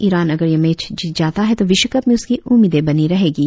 Iran अगर यह match जीत जाता है तो विश्वकप में उसकी उम्मीदें बनी रहेंगे